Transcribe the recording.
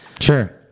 Sure